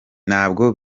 ntabwo